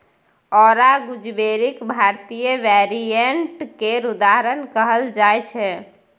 औरा गुजबेरीक भारतीय वेरिएंट केर उदाहरण कहल जाइ छै